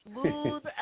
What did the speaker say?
Smooth